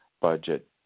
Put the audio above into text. budget